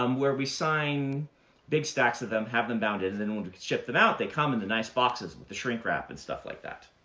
um where we sign big stacks of them, have them bound, and then when we ship them out they come in the nice boxes with the shrink wrap, and stuff like that.